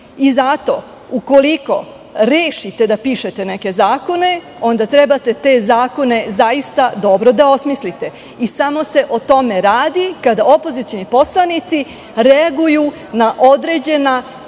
Srbije. Zato, ukoliko rešite da pišete neke zakone, onda trebate te zakone zaista dobro da osmislite. Samo se o tome radi, kada opozicioni poslanici reaguju na određena